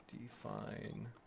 define